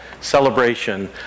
celebration